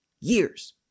years